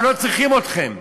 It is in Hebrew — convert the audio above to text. אנחנו לא צריכים אתכם.